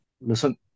listen